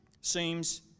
seems